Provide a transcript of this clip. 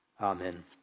Amen